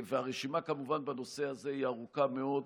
והרשימה בנושא הזה היא כמובן ארוכה מאוד.